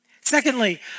Secondly